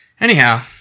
Anyhow